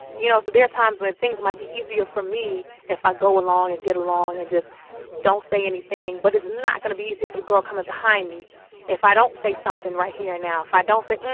you know? so there are times when things might be easier for me if i go along and get along and just don't say anything. but it's not going to be easier for the girl coming behind me if i don't say something right here and now, if i don't say,